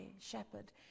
shepherd